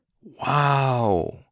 Wow